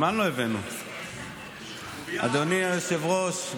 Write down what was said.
אדוני היושב-ראש,